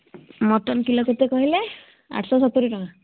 mutton kilo କେତେ କହିଲେ ଆଠଶହ ସତୁରି ଟଙ୍କା